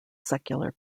secular